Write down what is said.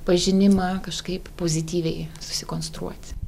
pažinimą kažkaip pozityviai susikonstruot